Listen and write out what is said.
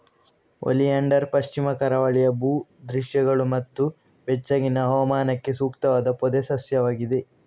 oleander ಪಶ್ಚಿಮ ಕರಾವಳಿಯ ಭೂ ದೃಶ್ಯಗಳು ಮತ್ತು ಬೆಚ್ಚಗಿನ ಹವಾಮಾನಕ್ಕೆ ಸೂಕ್ತವಾದ ಪೊದೆ ಸಸ್ಯವಾಗಿದೆ